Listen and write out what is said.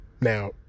Now